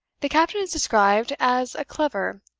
the captain is described as a clever,